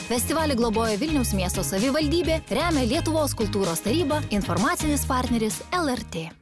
festivalį globoja vilniaus miesto savivaldybė remia lietuvos kultūros taryba informacinis partneris lrt